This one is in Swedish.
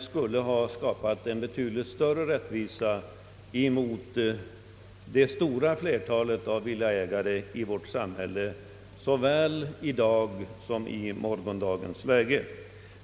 skulle ha skapat betydligt större rättvisa åt det stora flertalet villaägare i vårt samhälle såväl i dagens som i morgondagens läge.